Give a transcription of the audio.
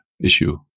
issue